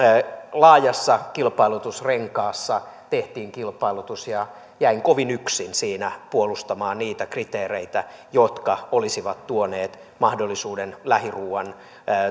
laajassa kilpailutusrenkaassa tehtiin kilpailutus jäin kovin yksin siinä puolustamaan niitä kriteereitä jotka olisivat tuoneet mahdollisuuden lähiruoan